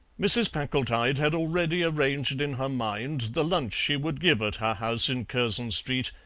mrs. packletide had already arranged in her mind the lunch she would give at her house in curzon street,